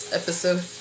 episode